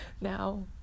now